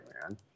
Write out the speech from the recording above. man